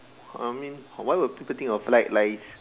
I mean why will people think of fried rice